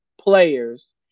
players